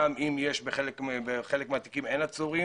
גם אם בחלק מהתיקים אין עצורים